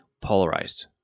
polarized